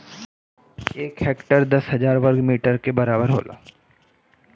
एक हेक्टेयर दस हजार वर्ग मीटर के बराबर होला